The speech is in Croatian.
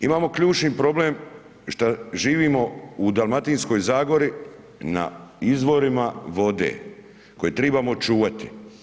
Imamo ključni problem što živimo u Dalmatinskoj zagori na izvorima vode koje trebamo čuvati.